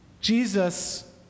Jesus